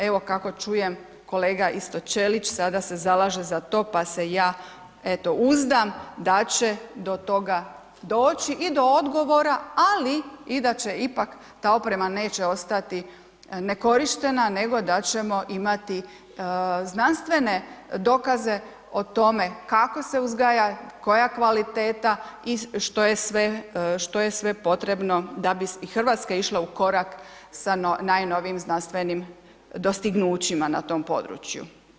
Evo kako čujem, kolega isto Ćelić sada se zalaže za to, pa se ja eto uzdam da će do toga doći i do odgovora, ali i da će ipak, ta oprema neće ostati nekorištena, nego da ćemo imati znanstvene dokaze o tome kako se uzgaja, koja kvaliteta i što je sve potrebno da bi i RH išla u korak sa najnovijim znanstvenim dostignućima na tom području.